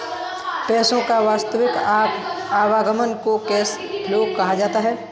पैसे का वास्तविक आवागमन को कैश फ्लो कहा जाता है